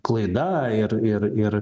klaida ir ir ir